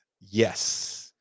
Yes